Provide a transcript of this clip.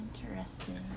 Interesting